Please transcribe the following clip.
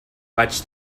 vaig